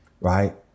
right